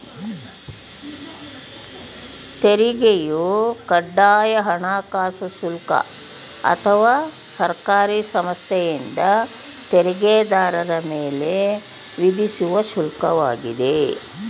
ತೆರಿಗೆಯು ಕಡ್ಡಾಯ ಹಣಕಾಸು ಶುಲ್ಕ ಅಥವಾ ಸರ್ಕಾರಿ ಸಂಸ್ಥೆಯಿಂದ ತೆರಿಗೆದಾರರ ಮೇಲೆ ವಿಧಿಸುವ ಶುಲ್ಕ ವಾಗಿದೆ